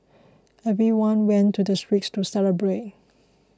everyone went to the streets to celebrate